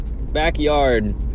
backyard